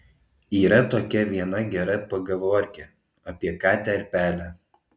yra tokia viena gera pagavorkė apie katę ir pelę